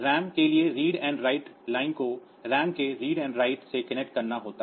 RAM के लिए read and write लाइनों को RAM के रीड एंड राइट से कनेक्ट करना होता है